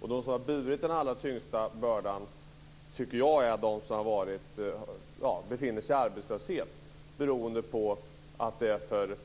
De som har burit den allra tyngsta bördan är de som befinner sig i arbetslöshet därför att det är för